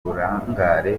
uburangare